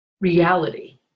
reality